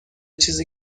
چیزی